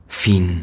fin